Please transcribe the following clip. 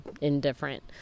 indifferent